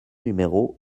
numéro